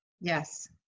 Yes